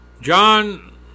John